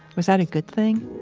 was that a good thing?